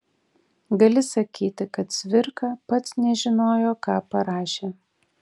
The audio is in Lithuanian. gali sakyti kad cvirka pats nežinojo ką parašė